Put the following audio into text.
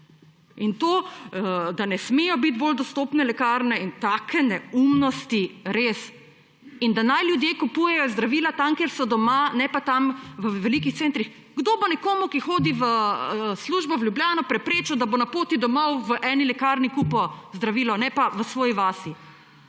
In to, da ne smejo biti bolj dostopne lekarne in take neumnosti, res?! In da naj ljudje kupujejo zdravila tam, kjer so doma, ne pa tam v velikih centrih?! Kdo bo nekomu, ki hodi v službo v Ljubljano preprečil, da bo na poti domov v eni lekarni kupil zdravilo, ne pa v svoji vasi?